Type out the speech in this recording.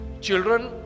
children